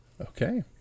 Okay